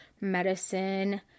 medicine